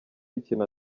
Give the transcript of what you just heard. ikintu